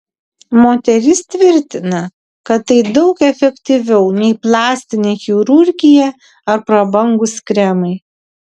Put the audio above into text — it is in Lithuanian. moteris tvirtina kad tai daug efektyviau nei plastinė chirurgija ar prabangūs kremai